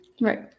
Right